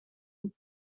بود